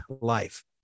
life